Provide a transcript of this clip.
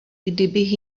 kdybych